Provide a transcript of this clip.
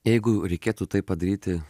jeigu reikėtų tai padaryti